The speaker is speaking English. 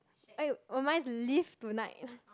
[aiyo] oh mine is live tonight